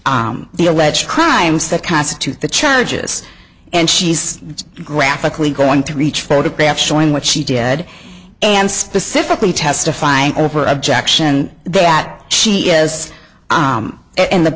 g the alleged crimes that constitute the charges and she's graphically going to reach photographs showing what she did and specifically testifying over objection that she is and the